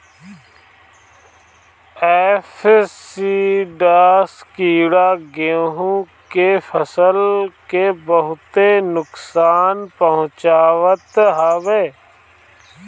aphids कीड़ा गेंहू के फसल के बहुते नुकसान पहुंचावत हवे